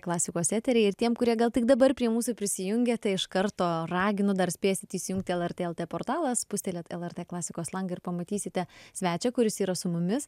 klasikos eteryje ir tiem kurie gal tik dabar prie mūsų prisijungė tai iš karto raginu dar spėsit įsijungti lrt lt portalą spustelėt lrt klasikos langą ir pamatysite svečią kuris yra su mumis